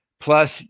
Plus